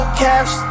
catch